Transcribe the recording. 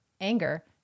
anger